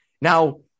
Now